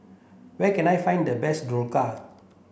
where can I find the best Dhokla